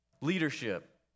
Leadership